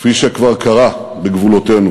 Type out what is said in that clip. כפי שכבר קרה בגבולותינו.